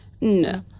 No